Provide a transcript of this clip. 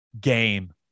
game